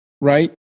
Right